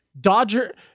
Dodger